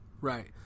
Right